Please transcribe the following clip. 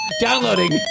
Downloading